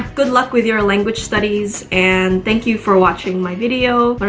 good luck with your language studies, and thank you for watching my video but